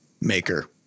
maker